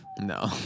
no